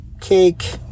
cake